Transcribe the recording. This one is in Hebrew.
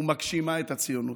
ומגשימה את הציונות.